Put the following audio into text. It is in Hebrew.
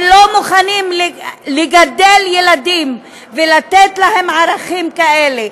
שהם לא מוכנים למלא הוראה כזאת, בושה וחרפה.